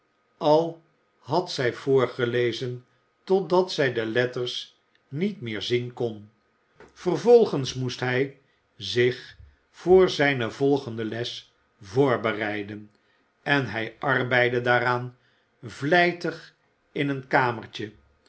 al had zij voorgelezen totdat zij de letters niet meer zien kon vervolgens moest hij zich voor zijne volgende les voorbereiden en hij arbeidde daaraan vlijtig in een kamertje